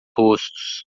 rostos